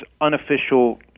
unofficial